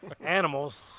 animals